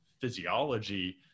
physiology